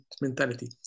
mentality